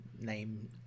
name